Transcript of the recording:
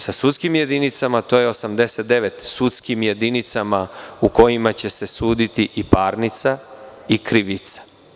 Sa sudskim jedinicama to je 89, sudskim jedinicama u kojima će se suditi i parnica i krivica.